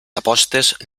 apostes